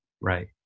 Right